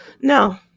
no